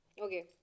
Okay